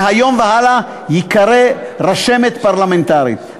מהיום והלאה ייקרא רשמת פרלמנטרית.